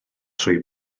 trwy